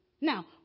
now